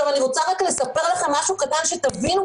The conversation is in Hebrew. אני רוצה לספר לכם משהו קטן, שתבינו.